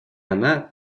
она